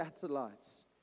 satellites